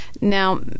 Now